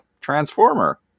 transformer